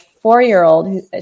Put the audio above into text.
four-year-old